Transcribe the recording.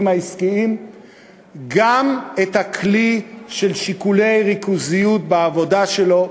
העסקיים גם את הכלי של שיקולי ריכוזיות בעבודה שלו,